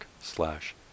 slash